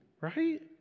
right